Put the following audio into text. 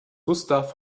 gustav